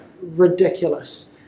ridiculous